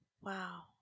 Wow